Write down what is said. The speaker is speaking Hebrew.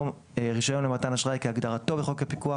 רישיון למתן אשראי כהגדרתו בחוק הפיקוח